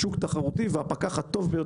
שר החקלאות ופיתוח הכפר עודד